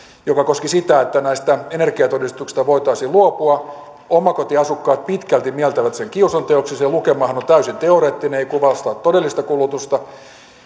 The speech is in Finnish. joka koski sitä että näistä energiatodistuksista voitaisiin luopua omakotiasukkaat pitkälti mieltävät sen kiusanteoksi se lukemahan on täysin teoreettinen ei kuvaa sitä todellista kulutusta